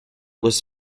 was